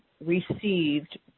received